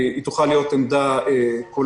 היא תוכל להיות עמדה כוללת,